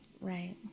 right